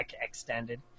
extended